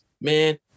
Man